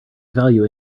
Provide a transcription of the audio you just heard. value